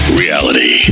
reality